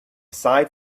sight